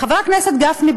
חבר הכנסת גפני,